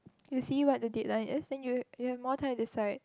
you see what the deadline is then you you have more time to decide